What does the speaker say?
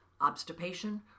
obstipation